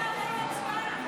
נא לעבור להצבעה.